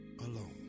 alone